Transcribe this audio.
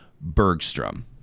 Bergstrom